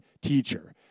teacher